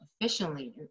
efficiently